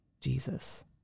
Jesus